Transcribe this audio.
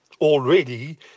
already